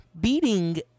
beating